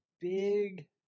big